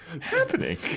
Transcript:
happening